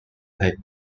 takes